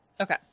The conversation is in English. Okay